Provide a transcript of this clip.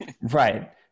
Right